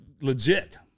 legit